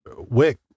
wick